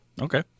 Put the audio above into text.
Okay